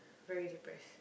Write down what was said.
very depressed